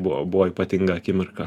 buvo buvo ypatinga akimirka